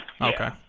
Okay